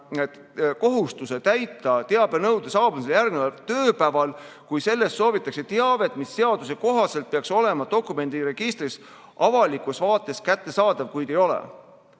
kohustus täita teabenõue saabumisele järgneval tööpäeval, kui selles soovitakse teavet, mis seaduse kohaselt peaks olema dokumendiregistri avalikus vaates kättesaadav, kuid ei ole.